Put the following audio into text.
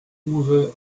uwe